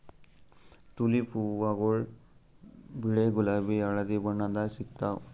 tulip ಹೂವಾಗೊಳ್ ಬಿಳಿ ಗುಲಾಬಿ ಹಳದಿ ಬಣ್ಣದಾಗ್ ಸಿಗ್ತಾವ್